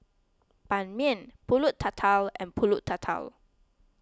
Ban Mian Pulut Tatal and Pulut Tatal